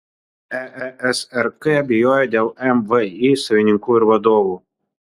eesrk abejoja dėl mvį savininkų ir vadovų